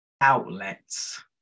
outlets